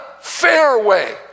fairway